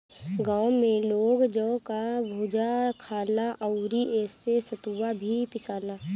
गांव में लोग जौ कअ भुजा खाला अउरी एसे सतुआ भी पिसाला